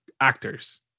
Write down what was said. actors